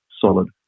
solid